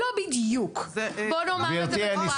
לא בדיוק, בוא נגיד את זה בצורה עדינה.